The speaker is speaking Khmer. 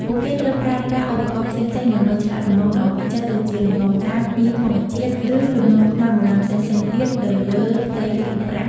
ពួកគេត្រូវប្រើប្រាស់ឧបករណ៍ផ្សេងៗដើម្បីឆ្លាក់លំនាំល្អវិចិត្រ ដូចជាលំនាំផ្កា ភ្ញី ធម្មជាតិ ឬលំនាំខ្មែរបុរាណផ្សេងៗទៀតទៅលើផ្ទៃគ្រឿងប្រាក់។